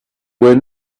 were